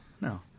no